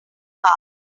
bar